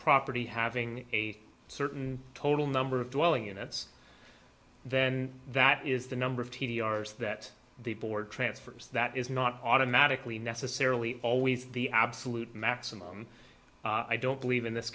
property having a certain total number of dwelling units then that is the number of t d r s that the board transfers that is not automatically necessarily always the absolute maximum i don't believe in this